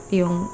yung